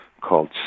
called